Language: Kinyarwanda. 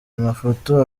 amafoto